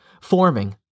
forming